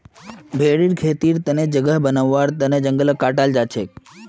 भेरीर खेतीर तने जगह बनव्वार तन जंगलक काटाल जा छेक